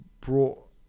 brought